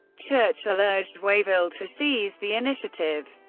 churchill urged wavell to seize the initiative.